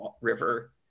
river